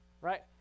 Right